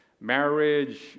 marriage